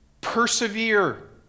persevere